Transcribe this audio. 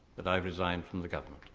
that i resign from the government.